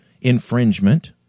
infringement